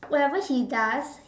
whatever he does